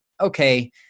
okay